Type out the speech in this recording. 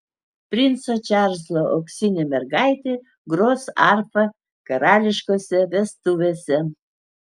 princo čarlzo auksinė mergaitė gros arfa karališkose vestuvėse